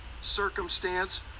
circumstance